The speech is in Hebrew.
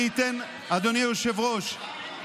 אדוני היושב-ראש,